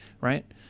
right